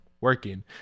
working